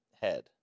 head